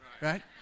Right